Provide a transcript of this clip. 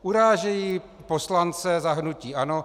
Urážejí poslance za hnutí ANO.